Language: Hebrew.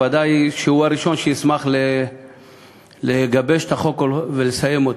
ודאי שהוא הראשון שישמח לגבש את החוק ולסיים אותו.